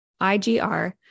IGR